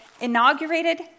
inaugurated